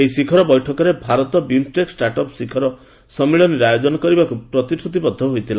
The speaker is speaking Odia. ସେହି ଶିଖର ବୈଠକରେ ଭାରତ 'ବିମ୍ଷ୍ଟେକ୍ ଷ୍ଟାର୍ଟ ଅପ୍ ଶିଖର ସମ୍ମିଳନୀ'ର ଆୟୋଜନ କରିବାକୁ ପ୍ରତିଶ୍ରତିବଦ୍ଧ ହୋଇଥିଲା